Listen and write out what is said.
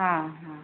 ହଁ ହଁ